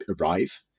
arrive